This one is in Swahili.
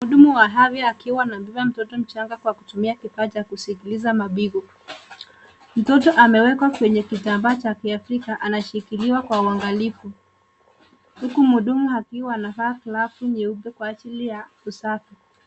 Mhudumu wa afya akiwa anabeba mtoto mchanga Kwa kutumia kifaa cha kusikiliza mapigo. Mtoto amewekwa kwenye kitambaa cha kiafrika anashikiliwa Kwa uangalifu huku mhudumu akiwa anavaa glavu nyeupe kwa ajili ya usafi.